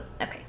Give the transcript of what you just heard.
okay